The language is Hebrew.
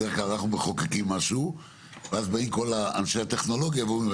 בדרך כלל אנחנו מחוקקים משהו ואז באים כל אנשי הטכנולוגיה ואומרים,